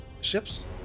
ships